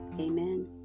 amen